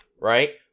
right